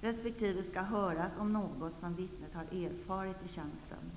resp. skall höras om något som vittnet har erfarit i tjänsten.